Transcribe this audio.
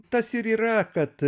tas ir yra kad